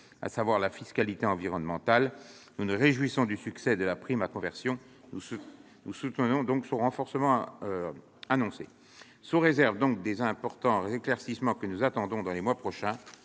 à savoir la fiscalité environnementale. Nous nous réjouissons du succès de la prime à la conversion. Nous soutenons par conséquent son renforcement annoncé. Sous réserve donc des importants éclaircissements que nous attendons dans les prochains